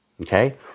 okay